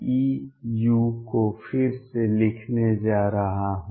u को फिर से लिखने जा रहा हूँ